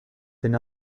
than